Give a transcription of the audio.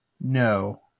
No